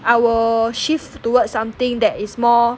I will shift towards something that is more